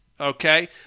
okay